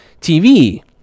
TV